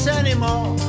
anymore